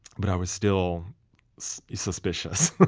but i was still suspicious.